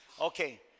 Okay